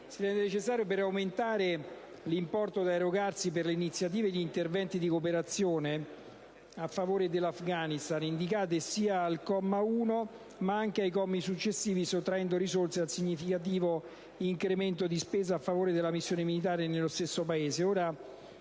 si rende necessario per aumentare l'importo da erogarsi per le iniziative e gli interventi di cooperazione a favore dell'Afghanistan, indicati sia al comma 1 ma anche ai successivi, sottraendo risorse al significativo incremento di spesa a favore della missione militare nello stesso Paese.